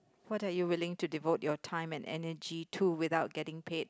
what are you willing to devote your time and energy to without getting paid